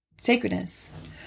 sacredness